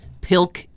Pilk